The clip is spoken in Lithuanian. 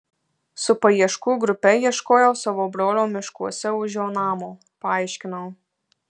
su paieškų grupe ieškojau savo brolio miškuose už jo namo paaiškinau